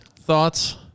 thoughts